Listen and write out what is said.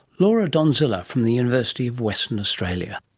laura dondzilo from the university of western australia.